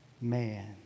man